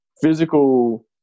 physical